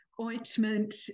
ointment